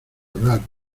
hablar